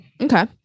Okay